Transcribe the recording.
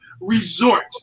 resort